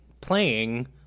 playing